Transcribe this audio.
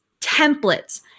templates